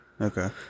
Okay